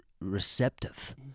receptive